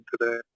today